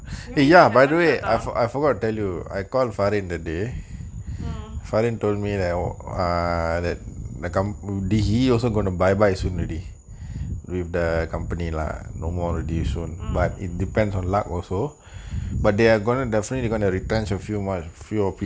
you mean they haven't shutdown mm